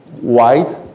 white